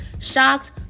Shocked